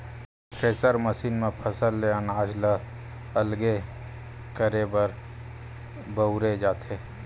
thresher machine म फसल ले अनाज ल अलगे करे बर बउरे जाथे